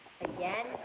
Again